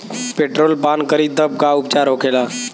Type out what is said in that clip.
Petrol पान करी तब का उपचार होखेला?